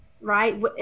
right